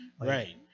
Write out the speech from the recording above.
Right